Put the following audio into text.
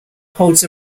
holds